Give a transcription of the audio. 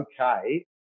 okay